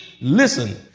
Listen